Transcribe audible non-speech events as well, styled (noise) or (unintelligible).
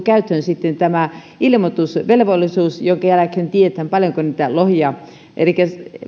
(unintelligible) käyttöön sitten tämä ilmoitusvelvollisuus jonka jälkeen tiedetään paljonko lohia